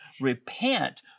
repent